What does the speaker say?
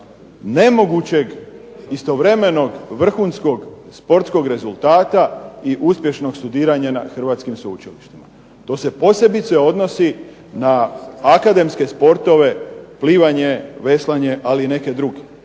nemogućeg istovremenog vrhunskog sportskog rezultata i uspješnog studiranja na hrvatskim sveučilištima. To se posebice odnosi na akademske sportove plivanje, veslanje, ali i neke druge,